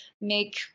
make